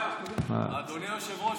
אדוני היושב-ראש,